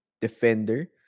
defender